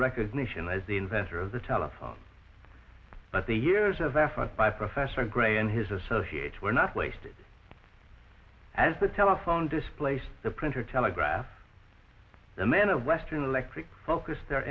recognition as the inventor of the telephone but the years of effort by professor gray and his associates were not laced as the telephone displaced the printer telegraph them in a western electric focus their